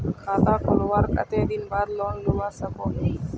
खाता खोलवार कते दिन बाद लोन लुबा सकोहो ही?